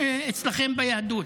אצלכם ביהדות.